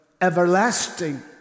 everlasting